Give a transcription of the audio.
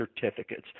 certificates